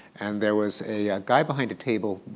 and there was a guy behind a table,